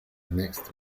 next